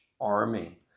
army